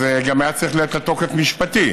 אז גם היה צריך להיות לה תוקף משפטי,